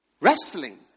Wrestling